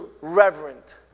reverent